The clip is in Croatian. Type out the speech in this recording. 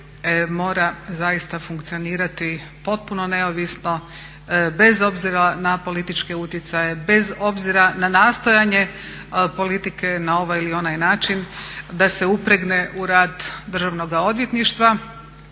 mora zaista funkcionirati potpuno neovisno bez obzira na političke utjecaje, bez obzira na nastojanje politike na ovaj ili onaj način da se upregne u rad Državnoga odvjetništva